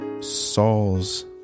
Saul's